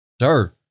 Sir